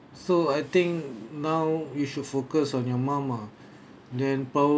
so I think now you should focus on your mum ah then